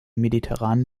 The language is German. mediterranen